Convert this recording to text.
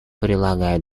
прилагая